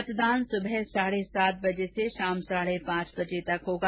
मतदान सुबह साढे सात बजे से शाम साढ़े पांच बजे तक होगा